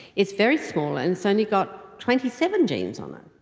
it's very small and it's only got twenty seven genes on them.